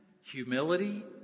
humility